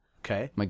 Okay